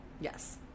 Yes